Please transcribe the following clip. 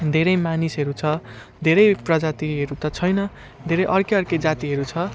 धेरै मानिसहरू छ धेरै प्रजातिहरू त छैन धेरै अर्कै अर्कै जातिहरू छ